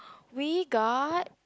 we got